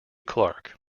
clark